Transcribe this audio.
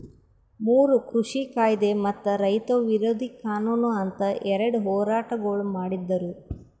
ಮೂರು ಕೃಷಿ ಕಾಯ್ದೆ ಮತ್ತ ರೈತ ವಿರೋಧಿ ಕಾನೂನು ಅಂತ್ ಎರಡ ಹೋರಾಟಗೊಳ್ ಮಾಡಿದ್ದರು